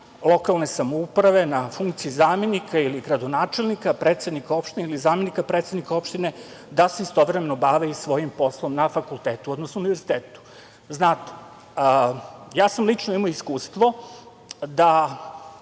lokalne samouprave na funkciji zamenika ili gradonačelnika, predsednika opštine ili zamenika predsednika opštine, da se istovremeno bave i svojim poslom na fakultetu odnosno univerzitetu. Ja sam lično imao iskustvo da